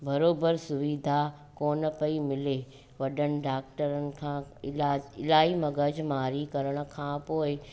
बराबरि सुविधा कोन पेई मिले वॾनि ॾाक्टरनि खां इलाजु इलाही मग़ज़मारी करण खां पोइ